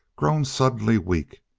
grown suddenly weak,